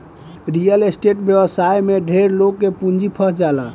real estate व्यवसाय में ढेरे लोग के पूंजी फंस जाला